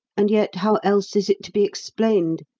and yet how else is it to be explained?